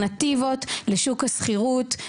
אלטרנטיבות לשוק השכירות,